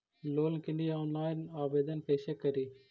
Loan के लिये online आवेदन कैसे करि?